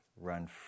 run